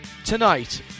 Tonight